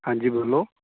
ਹਾਂਜੀ ਬੋਲੋ